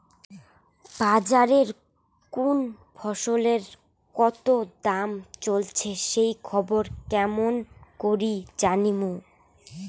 বাজারে কুন ফসলের কতো দাম চলেসে সেই খবর কেমন করি জানীমু?